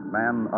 man